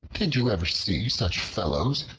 did you ever see such fellows,